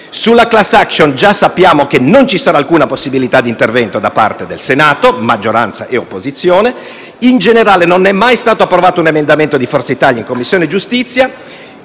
Sulla *class action* già sappiamo che non ci sarà alcuna possibilità di intervento in Senato, né da parte della di maggioranza né dell'opposizione; in generale non è mai stato approvato un emendamento di Forza Italia in Commissione giustizia